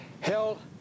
held